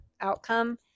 outcome